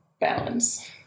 balance